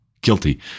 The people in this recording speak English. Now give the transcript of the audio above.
guilty